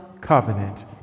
covenant